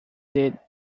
did